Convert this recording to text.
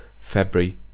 February